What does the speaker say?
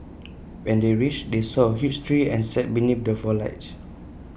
when they reached they saw A huge tree and sat beneath the foliage